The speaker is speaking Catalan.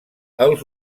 els